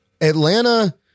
Atlanta